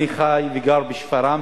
אני חי וגר שבשפרעם,